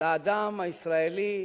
לאדם הישראלי,